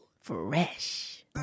Fresh